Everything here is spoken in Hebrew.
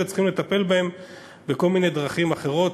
אנחנו צריכים לטפל בהם בכל מיני דרכים אחרות,